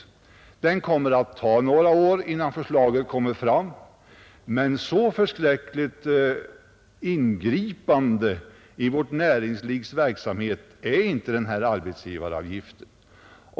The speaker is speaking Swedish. Det kommer att ta några år innan förslaget kommer fram, men så förskräckligt ingripande i vårt näringslivs verksamhet är inte den här arbetsgivaravgiften.